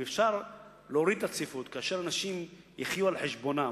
אם אפשר להוריד את הצפיפות כאשר אנשים יחיו על חשבונם,